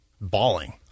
bawling